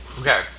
okay